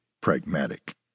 pragmatic